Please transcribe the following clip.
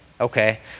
okay